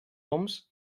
oms